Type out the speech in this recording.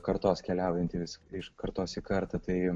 kartos keliaujantį vis iš kartos į kartą tai